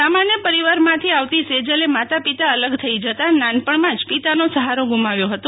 સામાન્ય પરિવારમાંથી આવતી સેજલે માતા પિતા અલગ થઈ જતાં નાનપણમાં જ પિતાનો સફારો ગુમાવ્યો ફતો